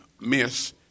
miss